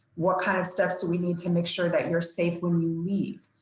what kind of steps do we need to make sure that you're safe when you leave?